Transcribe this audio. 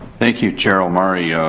thank you, chair omari. ah